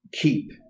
keep